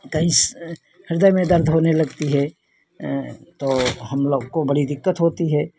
कहीं हृदय में दर्द होने लगती है तो हम लोग को बड़ी दिक्कत होती है